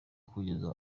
kugeza